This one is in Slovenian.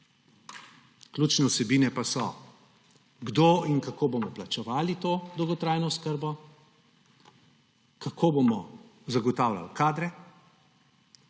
Ključne vsebine pa so: kdo in kako bomo plačevali to dolgotrajno oskrbo, kako bomo zagotavljali kadre,